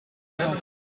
femme